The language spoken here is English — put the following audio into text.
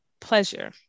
pleasure